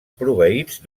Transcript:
proveïts